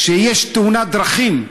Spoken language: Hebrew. כשיש תאונת דרכים,